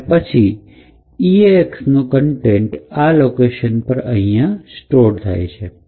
અને પછી eax નો કન્ટેન્ટ આ લોકેશન પર અહીંયા સ્ટોર થાય છે